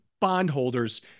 bondholders